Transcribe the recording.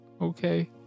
okay